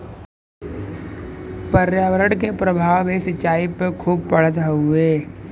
पर्यावरण के प्रभाव भी सिंचाई पे खूब पड़त हउवे